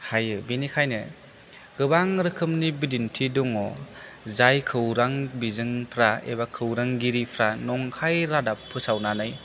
बिनिखायनो गोबां रोखोमनि बिदिन्थि दङ जाय खौरां बिजोंफ्रा एबा खौरांगिरिफ्रा नंखाय रादाब फोसावनानै